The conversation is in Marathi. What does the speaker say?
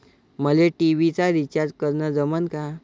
मले टी.व्ही चा रिचार्ज करन जमन का?